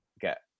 get